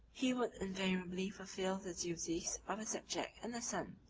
he would invariably fulfil the duties of a subject and a son.